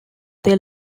they